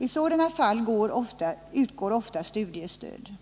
I sådana fall utgår i regel studiestöd.